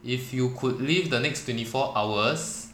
if you could live the next twenty four hours